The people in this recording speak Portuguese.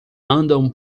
andam